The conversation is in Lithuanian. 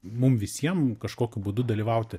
mum visiem kažkokiu būdu dalyvauti